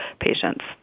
patients